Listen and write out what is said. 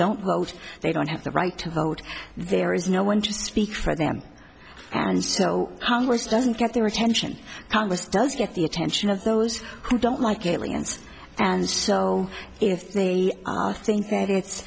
vote they don't have the right to vote there is no one to speak for them and so congress doesn't get their attention congress does get the attention of those who don't like aliens and so if they think that it's